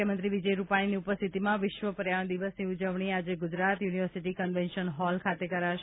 મુખ્યમંત્રી વિજય રૂપાણીની ઉપસ્થિતિમાં વિશ્વ પર્યાવરણ દિવસની ઉજવણી આજે ગુજરાત યુનિવર્સિટી કન્વેન્શન હોલ ખાતે કરાશે